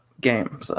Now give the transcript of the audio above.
game